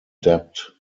debt